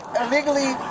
illegally